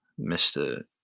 Mr